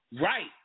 Right